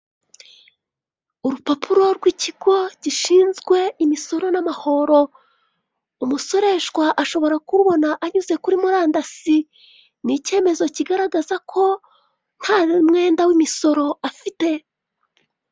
Urupapuro rw'ikigo gishinzwe imisoro n'amahoro. Umusoreshwa ashobora kurubona anyuze kuri murandasi, ni icyemezo kigaragaza ko ntamwenda w'imisoro afite.